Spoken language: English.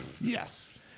Yes